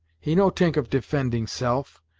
he no t'ink of defending self,